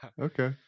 Okay